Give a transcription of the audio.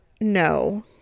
no